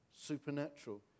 supernatural